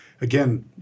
again